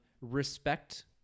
respect